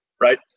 right